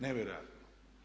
Nevjerojatno!